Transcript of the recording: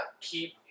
keep